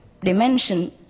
dimension